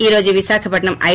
ఈ రోజు విశాఖపట్నంలో ఐ